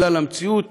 בגלל המציאות